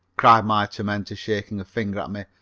cried my tormentor, shaking a finger at me.